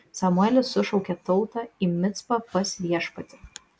samuelis sušaukė tautą į micpą pas viešpatį